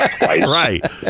Right